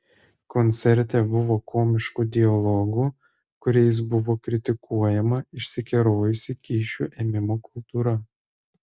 koncerte buvo komiškų dialogų kuriais buvo kritikuojama išsikerojusi kyšių ėmimo kultūra